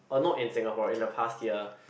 oh not in Singapore in the past year